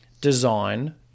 design